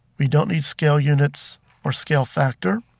we don't need scale units or scale factor,